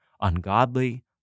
ungodly